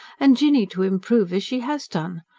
and jinny to improve as she has done.